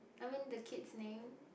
I mean the kids name